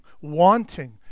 wanting